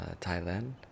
Thailand